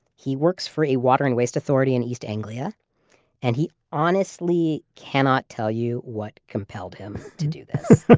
he works for a water and waste authority in east anglia and he honestly cannot tell you what compelled him to do this